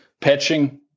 patching